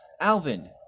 Alvin